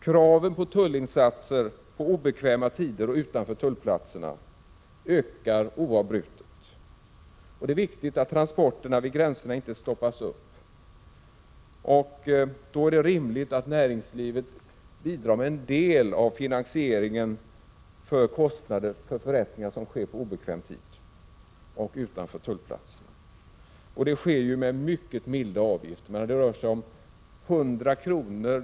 Kravet på tullinsatser på obekväma tider och utanför tullplatser ökar oavbrutet, och det är viktigt att transporterna vid gränserna inte stoppas upp. Då är det rimligt att näringslivet bidrar med en del av finansieringen av förrättningarna som sker på obekväm tid och utanför tullplatserna. Det sker med mycket milda avgifter: 100 kr.